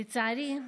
לצערי,